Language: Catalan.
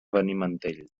benimantell